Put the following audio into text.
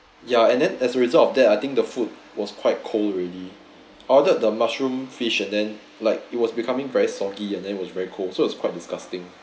ya and then as a result of that I think the food was quite cold already I ordered the mushroom fish and then like it was becoming very soggy and then it was very cold so it's quite disgusting